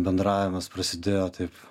bendravimas prasidėjo taip